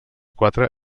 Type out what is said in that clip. quatre